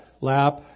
lap